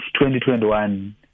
2021